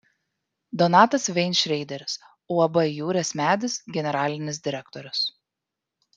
donatas veinšreideris uab jūrės medis generalinis direktorius